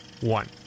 one